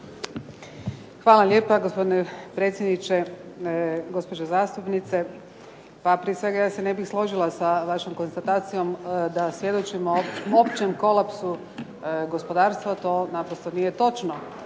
Hvala lijepa, gospodine predsjedniče. Gospođo zastupnice. Pa prije svega, ja se ne bih složila sa vašom konstatacijom da svjedočimo općem kolapsu gospodarstva. To naprosto nije točno.